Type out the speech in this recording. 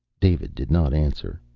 david did not answer.